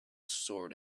sword